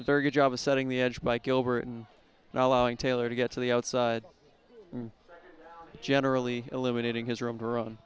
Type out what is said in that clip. very good job of setting the edge by gilbert and not allowing taylor to get to the outside and generally illuminating his room door